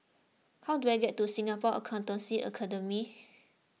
how do I get to Singapore Accountancy Academy